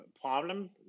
problem